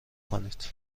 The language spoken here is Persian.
کنید